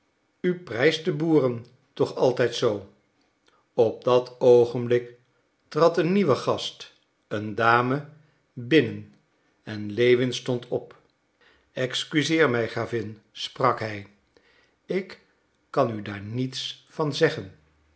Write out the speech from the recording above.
u prijst de boeren toch altijd zoo op dat oogenblik trad een nieuwe gast een dame binnen en lewin stond op excuseer mij gravin sprak hij ik kan u daar niets van zeggen